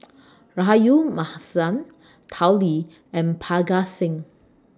Rahayu Mahzam Tao Li and Parga Singh